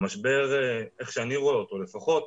המשבר, איך שאני רואה אותו לפחות,